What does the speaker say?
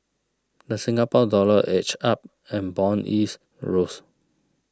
the Singapore Dollar edged up and bond yields rose